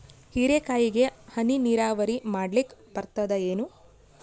ಹೀರೆಕಾಯಿಗೆ ಹನಿ ನೀರಾವರಿ ಮಾಡ್ಲಿಕ್ ಬರ್ತದ ಏನು?